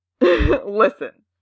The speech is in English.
Listen